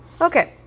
okay